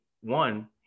one